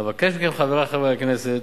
אבקש, חברי חברי הכנסת,